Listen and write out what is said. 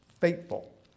faithful